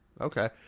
Okay